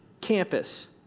campus